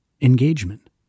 engagement